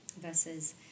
versus